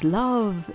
love